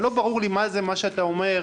לא ברור לי מה זה שאתם אומרים,